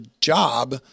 job